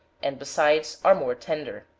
and besides are more tender.